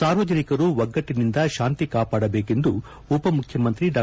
ಸಾರ್ವಜನಿಕರು ಒಗ್ಗಟ್ಟನಿಂದ ಶಾಂತಿ ಕಾಪಾಡಬೇಕೆಂದು ಉಪಮುಖ್ಯಮಂತ್ರಿ ಡಾ